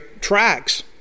tracks